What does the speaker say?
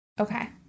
Okay